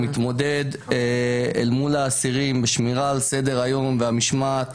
מתמודד אל מול האסירים בשמירה על סדר-היום והמשמעת